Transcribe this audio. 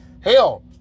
Hell